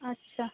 আচ্ছা